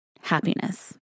happiness